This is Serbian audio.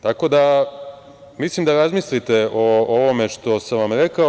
Tako da mislim da razmislite o ovome što sam vam rekao.